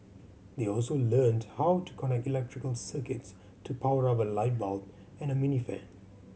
they also learnt how to connect electrical circuits to power up a light bulb and a mini fan